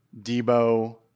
Debo